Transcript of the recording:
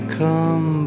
come